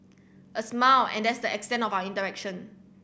a smile and that's the extent of our interaction